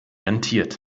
rentiert